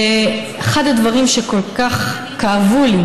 אחד הדברים שכל כך כאבו לי,